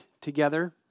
together